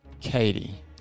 Katie